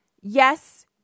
yes